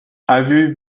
avez